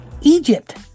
Egypt